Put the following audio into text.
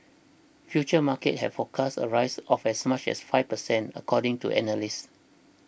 futures markets had forecast a rise of as much as five percent according to analysts